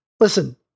Listen